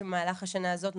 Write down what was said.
שבמהלך השנה הזאת,